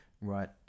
right